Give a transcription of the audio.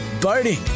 boating